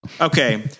Okay